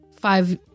five